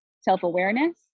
self-awareness